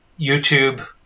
YouTube